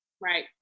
right